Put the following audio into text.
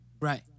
Right